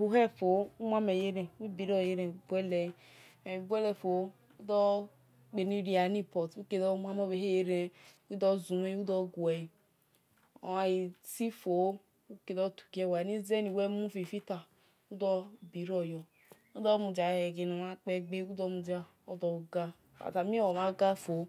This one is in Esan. hohe fo. uwi munmen ye-ene uwibiro yo uwi boil ele uwe gha boil ele fo uw- dhe mue-ame obhe- he yenen uwi dho- zumhen yo. uwi dho quehe. ogha ti fo ukie do tu ghi lua, eni- izeni. uwe mu fi filbea udho biroy or ud- do mudia lehe-eghe nomhan kpegbe odo gha asa mhen a- f mhan- gha fo